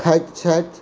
खाइत छथि